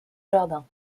jardin